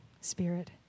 Spirit